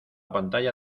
pantalla